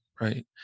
right